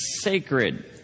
sacred